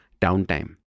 downtime